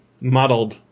muddled